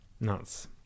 nuts